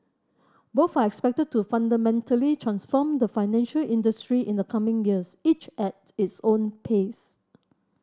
both are expected to fundamentally transform the financial industry in the coming years each at its own pace